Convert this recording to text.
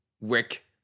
Rick